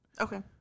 Okay